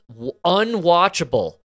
unwatchable